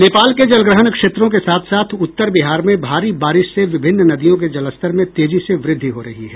नेपाल के जलग्रहण क्षेत्रों के साथ साथ उत्तर बिहार में भारी बारिश से विभिन्न नदियों के जलस्तर में तेजी से वृद्धि हो रही है